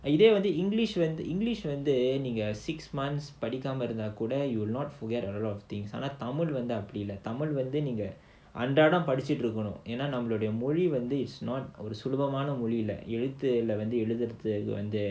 இதே வந்து:idhae vandhu english when english when the இதே வந்து:idhae vandhu six months படிக்காம இருந்த கூட:padikkaama iruntha kooda you will not forget a lot of things Tamil வந்து அப்டில்ல தமிழ் வந்து நீங்க அன்றாடம் படிச்சிட்டுருக்கனும் ஏனா நம்ம மொழி வந்து சுலபமான மொழி இல்ல:tamilla vandhu apdilla tamilla vandhu neenga andraadam padichitrukkanum yaenaa namma moli vandhu sulabamanaa moli illa